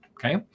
Okay